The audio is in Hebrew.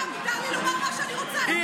אל